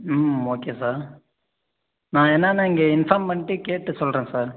ம் okay sir நான் என்னென்னு இங்கே இன்ஃபார்ம் பண்ணிட்டு கேட்டுவிட்டு சொல்கிறேன் சார்